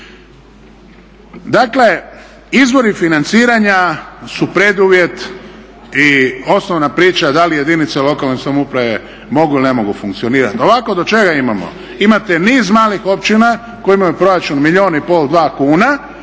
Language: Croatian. Dakle izvori financiranja su preduvjet i osnovna priča da li jedinice lokalne samouprave mogu ili ne mogu funkcionirati. Ovako …/Govornik se ne razumije./… čega imamo, imate niz malih općina koje imaju proračun milijun i pol, dva kuna,